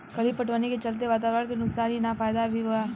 खली पटवनी के चलते वातावरण के नुकसान ही ना फायदा भी बा